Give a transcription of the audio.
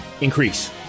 increase